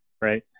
right